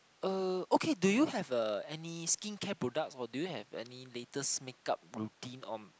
uh okay do you have a any skin care products or do you have any latest make up routine or